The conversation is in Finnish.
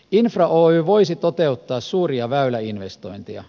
infra oy voisi toteuttaa suuria väyläinvestointeja